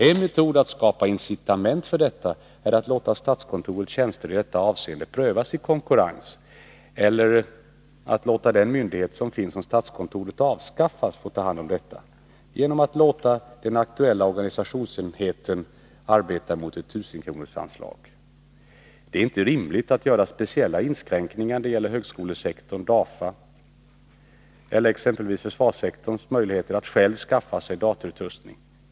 En metod att skapa incitament för detta är att låta statskontorets tjänster i detta avseende prövas i konkurrens eller att låta den myndighet som finns om statskontoret avskaffas få ta hand om detta, t.ex. genom att låta den aktuella organisationsenheten arbeta mot ett 1000 kronorsanslag. Det är inte rimligt att göra speciella inskränkningar när det gäller högskolesektorns, DAFA:s eller exempelvis försvarssektorns möjligheter att själva skaffa sig datorutrustning.